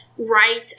right